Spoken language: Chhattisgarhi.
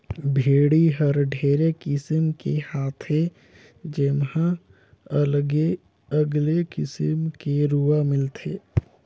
भेड़ी हर ढेरे किसिम के हाथे जेम्हा अलगे अगले किसिम के रूआ मिलथे